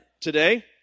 today